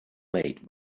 made